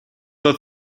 war